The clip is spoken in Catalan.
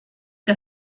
que